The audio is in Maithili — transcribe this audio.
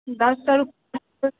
दस टा रुपैआ तऽ